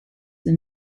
the